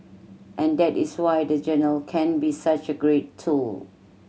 and that is why the journal can be such a great tool